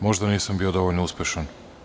Možda nisam bio dovoljno uspešan.